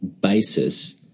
basis